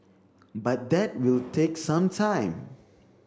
but that will take some time